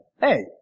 hey